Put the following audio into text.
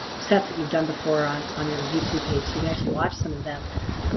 sets that you've done before on on your youtube page so you can actually watch some of them.